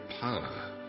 power